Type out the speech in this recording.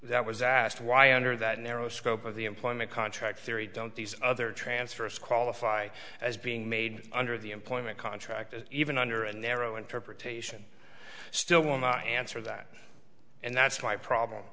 that was asked why under that narrow scope of the employment contract theory don't these other transfers qualify as being made under the employment contract as even under a narrow interpretation still woman answer that and that's my problem